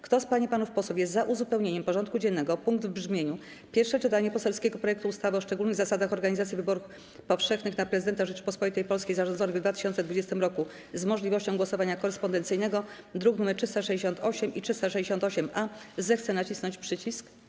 Kto z pań i panów posłów jest za uzupełnieniem porządku dziennego o punkt w brzmieniu: Pierwsze czytanie poselskiego projektu ustawy o szczególnych zasadach organizacji wyborów powszechnych na Prezydenta Rzeczypospolitej Polskiej zarządzonych w 2020 r. z możliwością głosowania korespondencyjnego, druki nr 368 i 368-A, zechce nacisnąć przycisk.